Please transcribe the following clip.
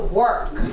work